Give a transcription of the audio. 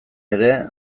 ere